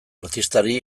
artistari